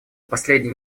последние